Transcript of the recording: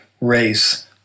race